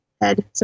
head